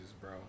bro